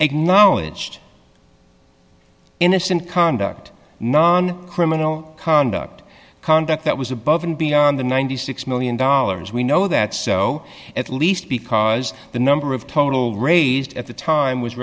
acknowledged innocent conduct non criminal conduct conduct that was above and beyond the ninety six million dollars we know that so at least because the number of total raised at the time was